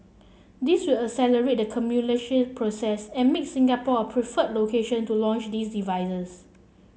this will accelerate the commercialisation process and make Singapore a preferred location to launch these devices